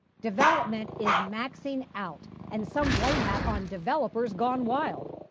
development is maxing out and some blame that on developers gone wild.